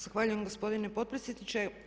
Zahvaljujem gospodine potpredsjedniče.